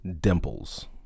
Dimples